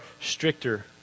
stricter